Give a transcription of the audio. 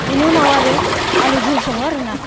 बेनि उनाव आरो आलु झल सङो आरोना